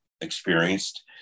experienced